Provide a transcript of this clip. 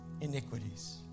iniquities